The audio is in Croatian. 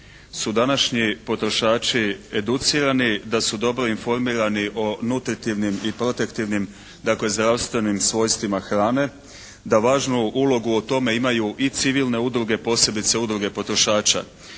su današnji potrošači educirani. Da su dobro informirani o nutritivnim i protektivnim dakle zdravstvenim svojstvima hrane. Da važnu ulogu u tome imaju i civilne udruge posebice udruge potrošača.